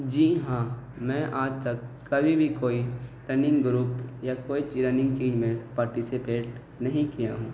جی ہاں میں آج تک کبھی بھی کوئی رننگ گروپ یا کوئی رنگ چیز میں پارٹیسپیٹ نہیں کیا ہوں